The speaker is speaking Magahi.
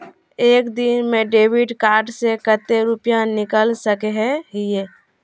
एक दिन में डेबिट कार्ड से कते रुपया निकल सके हिये?